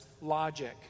logic